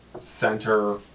center